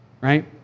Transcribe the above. right